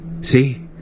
See